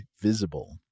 Visible